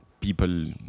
people